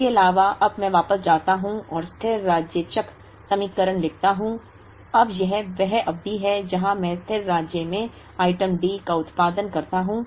इसके अलावा अब मैं वापस जाता हूं और स्थिर राज्य चक्र समीकरण लिखता हूं अब यह वह अवधि है जहां मैं स्थिर राज्य में आइटम D का उत्पादन करता हूं